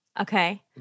Okay